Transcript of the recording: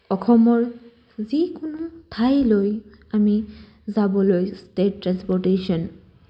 অসমৰ যিকোনো ঠাইলৈ আমি যাবলৈ ষ্টেট ট্ৰেন্সপৰ্টেশ্যন